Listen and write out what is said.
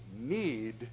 need